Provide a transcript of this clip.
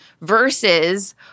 versus